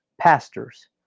Pastors